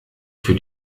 für